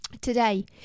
Today